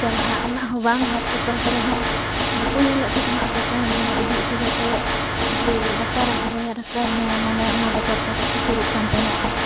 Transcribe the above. ᱪᱟᱞᱟᱜᱼᱟ ᱚᱱᱟᱦᱚᱸ ᱵᱟᱝ ᱦᱟᱥᱯᱟᱛᱟᱞ ᱠᱚᱨᱮ ᱦᱚᱸ ᱵᱟᱠᱚ ᱧᱮᱞᱮᱫ ᱠᱚ ᱛᱟᱦᱮᱱᱟ ᱱᱚᱜᱼᱚᱭ ᱯᱮᱥᱮᱱᱴ ᱦᱚᱸ ᱤᱫᱤ ᱚᱴᱚ ᱠᱟᱛᱮᱫ ᱡᱮ ᱰᱟᱠᱛᱟᱨᱮᱢ ᱦᱚᱦᱚᱣᱟᱭᱟ ᱰᱟᱠᱛᱟᱨ ᱦᱚᱸ ᱢᱟᱱᱮ ᱚᱱᱟ ᱵᱚᱛᱚᱨᱛᱮ ᱵᱟᱠᱚ ᱥᱩᱨᱩᱜ ᱠᱟᱱ ᱛᱟᱦᱮᱱᱚᱜᱼᱟ